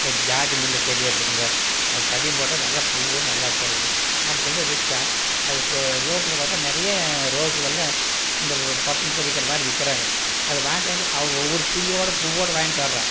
ஜாதி முல்லை செடியை எடுத்துக்கோங்க அது பதியம் போட்டால் நல்லா பூவும் நல்லா படுது நாம் கொண்டு போய் வைச்சா அது இப்போ ரோட்டில் பார்த்தா நிறையா ரோஸ்களில் இந்த பட்டணத்தில் விற்கிற மாதிரி விற்கிறாங்க அதை வாங்கிட்டு வந்து அவங்க ஒவ்வொரு பூவோடு பூவோடு வாங்கிட்டு வரோம்